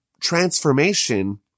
transformation